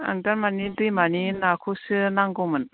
आंनो थारमाने दैमानि नाखौसो नांगौमोन